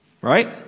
right